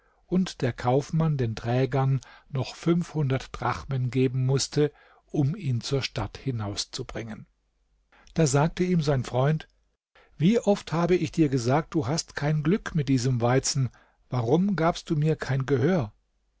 und der kaufmann den trägern noch fünfhundert drachmen geben mußte um ihn zur stadt hinauszubringen da sagte ihm sein freund wie oft habe ich dir gesagt du hast kein glück mit diesem weizen warum gabst du mir kein gehör